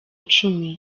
cumi